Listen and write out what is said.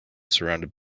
surrounded